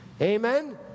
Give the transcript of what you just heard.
Amen